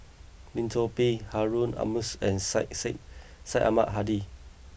Lim Chor Pee Harun Aminurrashid and Syed Sheikh Syed Ahmad Hadi